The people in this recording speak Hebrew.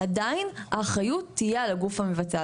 עדיין, האחריות תהיה על הגוף המבצע.